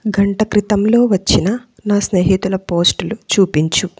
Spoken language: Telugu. గంట క్రితంలో వచ్చిన నా స్నేహితుల పోస్టులు చూపించు